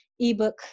ebook